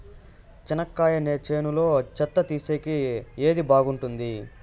చెనక్కాయ చేనులో చెత్త తీసేకి ఏది బాగుంటుంది?